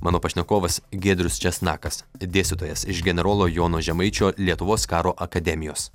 mano pašnekovas giedrius česnakas dėstytojas iš generolo jono žemaičio lietuvos karo akademijos